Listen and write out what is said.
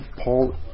Paul